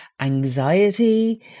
anxiety